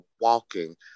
walking